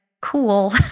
cool